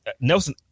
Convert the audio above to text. Nelson